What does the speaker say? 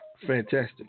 Fantastic